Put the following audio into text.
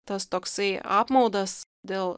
tas toksai apmaudas dėl